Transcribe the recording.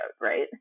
right